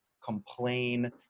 complain